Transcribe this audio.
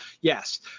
yes